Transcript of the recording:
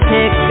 Pick